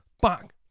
Back